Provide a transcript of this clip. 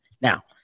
Now